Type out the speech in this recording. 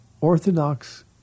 orthodox